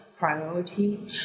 Priority